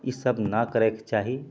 इसब नहि करैके चाही